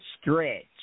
stretch